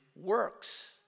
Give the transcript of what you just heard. works